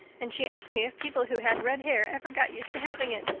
and she asked me if people who had red hair ever got used to having it.